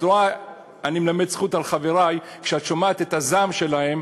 אני מלמד זכות על חברי: כשאת שומעת את הזעם שלהם,